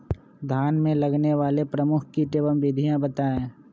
धान में लगने वाले प्रमुख कीट एवं विधियां बताएं?